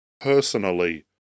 personally